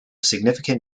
significant